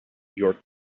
your